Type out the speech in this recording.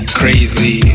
crazy